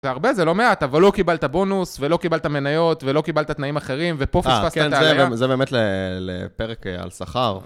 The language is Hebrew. זה הרבה, זה לא מעט, אבל לא קיבלת בונוס, ולא קיבלת מניות, ולא קיבלת תנאים אחרים, ופה פספסת את העניין. זה באמת לפרק על שכר.